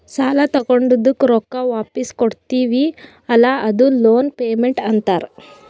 ಸಾಲಾ ತೊಂಡಿದ್ದುಕ್ ರೊಕ್ಕಾ ವಾಪಿಸ್ ಕಟ್ಟತಿವಿ ಅಲ್ಲಾ ಅದೂ ಲೋನ್ ಪೇಮೆಂಟ್ ಅಂತಾರ್